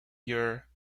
year